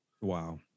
Wow